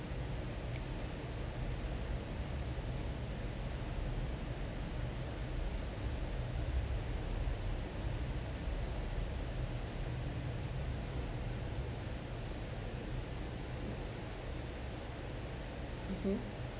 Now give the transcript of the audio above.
mmhmm